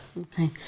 Okay